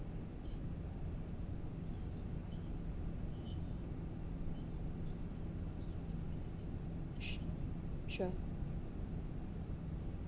sure sure